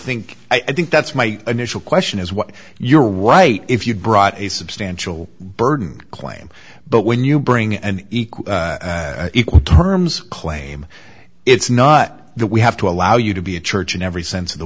think i think that's my initial question is what you're right if you brought a substantial burden claim but when you bring an equal terms claim it's not that we have to allow you to be a church in every sense of the